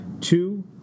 Two